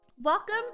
Welcome